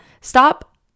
Stop